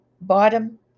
bottom